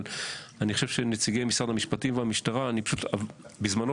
אבל אני חושב שנציגי משרד המשפטים והמשטרה בזמנו